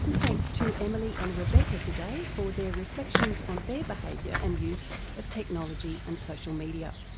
and thanks to emily and rebecca today for their reflections on their behaviour and use of technology and social media.